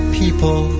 people